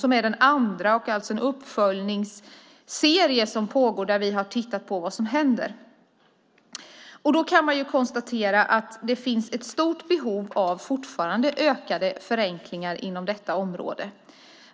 Det är den andra rapporten och alltså en uppföljningsserie som pågår där vi har tittat på vad som händer. Man kan konstatera att det fortfarande finns ett stort behov av ökade förenklingar inom detta område.